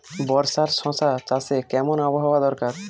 বর্ষার শশা চাষে কেমন আবহাওয়া দরকার?